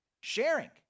sharing